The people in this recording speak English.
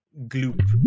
gloop